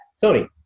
Tony